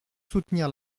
soutenir